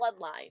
bloodline